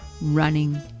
running